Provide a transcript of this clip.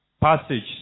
passage